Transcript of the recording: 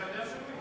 אתה יודע של מי?